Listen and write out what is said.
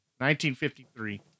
1953